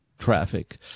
traffic